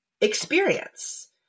experience